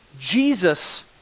Jesus